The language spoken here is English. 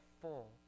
full